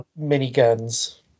miniguns